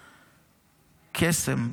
קסם,